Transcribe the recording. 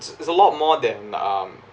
it's a lot more than um